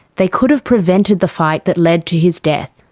they could've prevented the fight that led to his death.